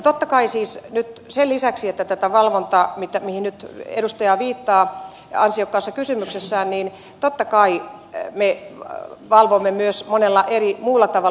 totta kai siis nyt sen lisäksi että on tätä valvontaa mihin nyt edustaja viittaa ansiokkaassa kysymyksessään me valvomme myös monella muulla eri tavalla